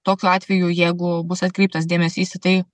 tokiu atveju jeigu bus atkreiptas dėmesys į tai